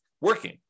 working